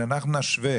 שאנחנו נשווה